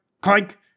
Clank